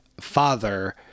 father